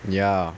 ya